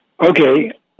Okay